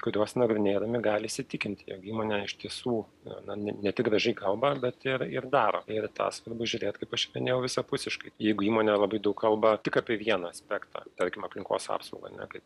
kuriuos nagrinėdami gali įsitikinti jog įmonė iš tiesų na ne ne tik gražiai kalbate ir ir daro ir į tą svarbu žiūrėt kaip aš minėjau visapusiškai jeigu įmonė labai daug kalba tik apie vieną aspektą tarkim aplinkos apsaugą ne kaip